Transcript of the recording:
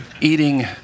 eating